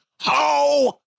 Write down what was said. Ho